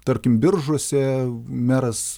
tarkim biržuose meras